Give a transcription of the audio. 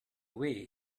way